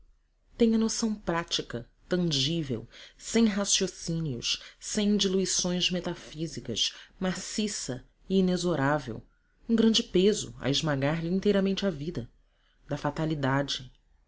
a noção prática tangível sem raciocínios sem diluições metafísicas maciça e inexorável um grande peso a esmagar lhe inteiramente a vida da fatalidade